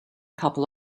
couple